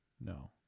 No